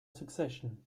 succession